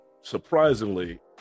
Surprisingly